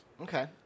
Okay